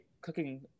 cooking